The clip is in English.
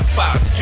five